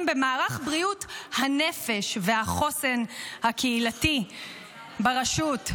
במערך בריאות הנפש והחוסן הקהילתי ברשות.